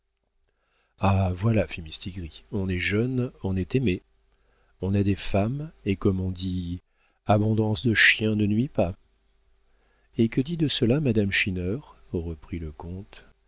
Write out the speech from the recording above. ah voilà fit mistigris on est jeune on est aimé on a des femmes et comme on dit abondance de chiens ne nuit pas et que dit de cela madame schinner reprit le comte